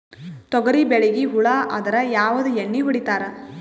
ತೊಗರಿಬೇಳಿಗಿ ಹುಳ ಆದರ ಯಾವದ ಎಣ್ಣಿ ಹೊಡಿತ್ತಾರ?